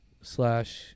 slash